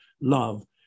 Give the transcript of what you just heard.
love